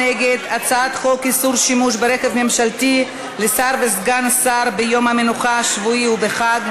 הצעת חוק איסור שימוש ברכב ממשלתי לשר וסגן שר ביום המנוחה השבועי ובחג,